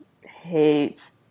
hates